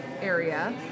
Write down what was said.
area